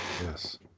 Yes